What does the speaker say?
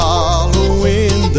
Following